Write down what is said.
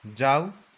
जाऊ